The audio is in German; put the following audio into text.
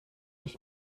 ich